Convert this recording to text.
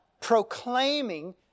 proclaiming